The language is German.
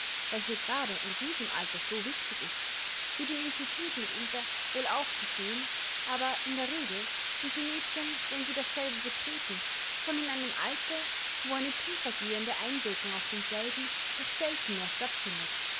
welche grade in diesem alter so wichtig ist wird im institut mitunter wohl auch gesehen aber in der regel sind die mädchen wenn sie dasselbe betreten schon in einem alter wo eine tiefergehende einwirkung auf denselben doch selten mehr statt